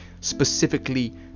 specifically